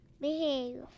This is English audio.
Behave